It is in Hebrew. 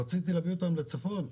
רציתי להביא אותן לצפון.